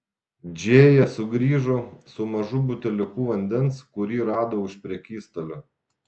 džėja sugrįžo su mažu buteliuku vandens kurį rado už prekystalio